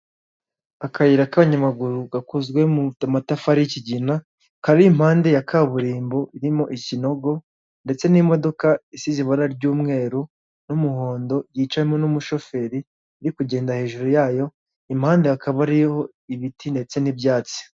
Akayira kaba nyamaguru gakozwe mu matafari y’ kigina, kari impande ya kaburimbo irimo ikinogo, ndetse n’imodoka isize ibara ry’umweru n’umuhondo yicayemo n’umushoferi iri kugenda hejuru yayo. Imande hakabaho ibiti ndetse n’ibyatsi.